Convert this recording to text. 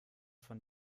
von